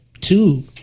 two